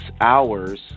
hours